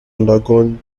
undergone